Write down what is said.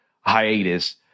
hiatus